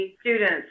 students